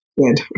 good